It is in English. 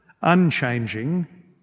unchanging